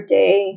day